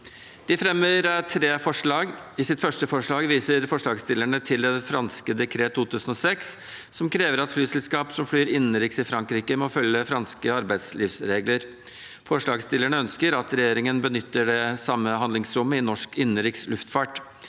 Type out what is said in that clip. De fremmer tre forslag. I sitt første forslag viser forslagsstillerne til det franske Decree 2006, som krever at flyselskap som flyr innenriks i Frankrike, må følge franske arbeidslivsregler. Forslagsstillerne ønsker at regjeringen benytter det samme handlingsrommet i norsk innenriks luftfart.